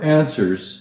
answers